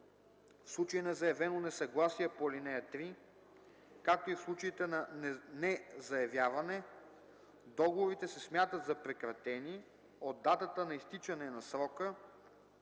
В случай на заявено несъгласие по ал. 3, както и в случаите на незаявяване, договорите се смятат за прекратени от датата на изтичане на срока,